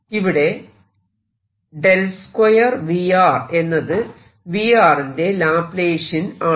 ഇവിടെ 2 V എന്നത് V ന്റെ ലാപ്ലാഷിയെൻ ആണ്